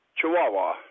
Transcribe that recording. Chihuahua